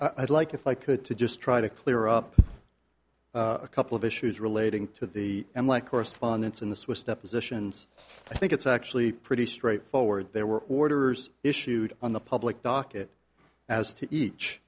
i'd like if i could to just try to clear up a couple of issues relating to the and like correspondence in the swiss depositions i think it's actually pretty straightforward there were orders issued on the public docket as to each